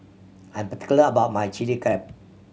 I am particular about my Chili Crab